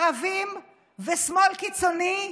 ערבים ושמאל קיצוני,